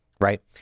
right